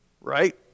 Right